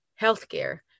healthcare